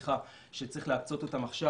שצריך להקצות אותם עכשיו,